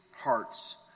hearts